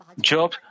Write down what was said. Job